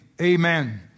Amen